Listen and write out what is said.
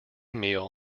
meal